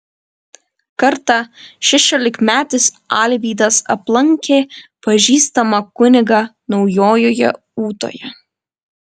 kartą šešiolikmetis alvydas aplankė pažįstamą kunigą naujojoje ūtoje